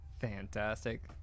fantastic